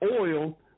oil